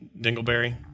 Dingleberry